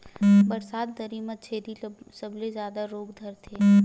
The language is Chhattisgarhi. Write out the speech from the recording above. बरसात दरी म छेरी ल सबले जादा रोग धरथे